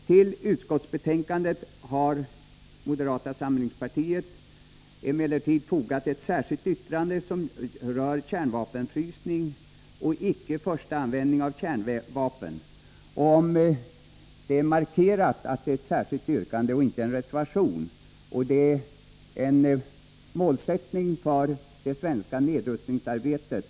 Till utskottsbetänkandet har moderata samlingspartiet emellertid fogat ett särskilt yttrande som rör kärnvapenfrysning och icke-förstaanvändning av kärnvapen. Moderata samlingspartiet har markerat att det är fråga om ett särskilt yttrande och inte en reservation, och den enighet som därmed uppnåtts överensstämmer med inriktningen av det svenska nedrustningsarbetet.